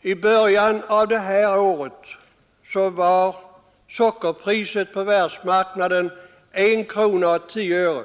I början av 1973 var sockerpriset på världsmarknaden 1 krona 10 öre.